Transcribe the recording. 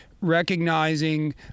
recognizing